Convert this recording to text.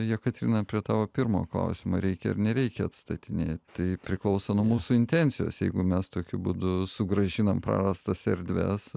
jekaterina prie tavo pirmo klausimo reikia ar nereikia atstatinėti tai priklauso nuo mūsų intencijos jeigu mes tokiu būdu sugrąžinam prarastas erdves